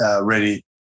ready